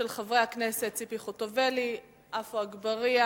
של חברי הכנסת ציפי חוטובלי, עפו אגבאריה,